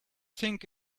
think